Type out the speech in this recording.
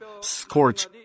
scorch